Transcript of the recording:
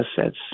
assets